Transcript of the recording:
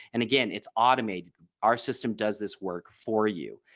and again it's automated our system does this work for you.